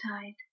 tide